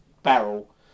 barrel